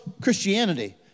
Christianity